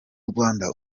rwanda